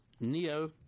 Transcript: Neo